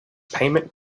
payment